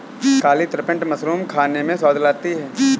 काली trumpet mushroom खाने में स्वाद लाती है